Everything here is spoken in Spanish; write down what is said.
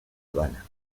habana